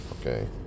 okay